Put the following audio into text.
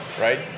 Right